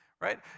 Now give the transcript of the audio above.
right